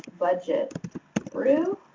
budget brew.